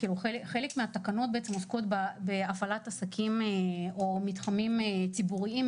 חלק מהתקנות עוסקות בהפעלת עסקים או מתחמים ציבוריים,